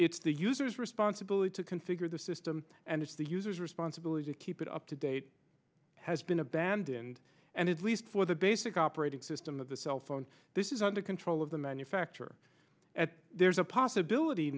it's the users responsibility to configure the system and it's the users responsibility to keep it up to date has been abandoned and it's least for the basic operating system of the cellphone this is under control of the manufacturer at there's a possibility